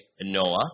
Noah